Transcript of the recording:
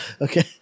Okay